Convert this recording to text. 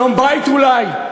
אצלם שלום-בית, אולי.